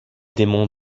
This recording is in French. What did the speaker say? démons